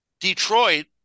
Detroit